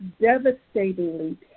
devastatingly